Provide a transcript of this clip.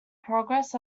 progress